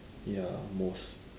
ya most